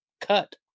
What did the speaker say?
cut